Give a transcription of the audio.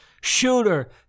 Shooter